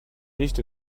nicht